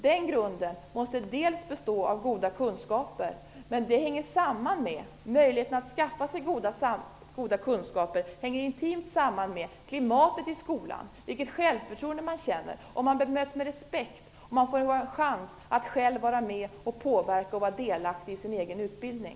Den grunden måste till en del bestå av goda kunskaper, men möjligheten att skaffa sig goda kunskaper hänger intimt samman med klimatet i skolan, vilket självförtroende man känner, om man bemöts med respekt och om man får en chans att själv vara med och påverka och vara delaktig i sin egen utbildning.